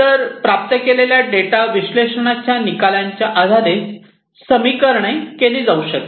तर प्राप्त केलेल्या डेटाच्या विश्लेषणाच्या निकालांच्या आधारे समीकरणे केली जाऊ शकतात